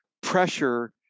pressure